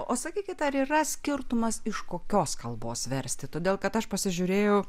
o sakykit ar yra skirtumas iš kokios kalbos versti todėl kad aš pasižiūrėjau